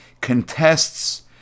contests